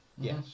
Yes